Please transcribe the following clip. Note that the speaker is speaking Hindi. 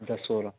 दसोरा